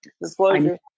Disclosure